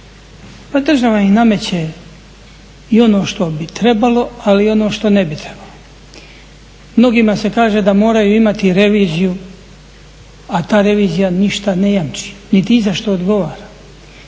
Pa država i nameće i ono što bi trebalo ali i ono što ne bi trebalo. Mnogima se kaže da moraju imati reviziju a ta revizija ništa ne jamči niti za ništa odgovara.